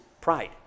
pride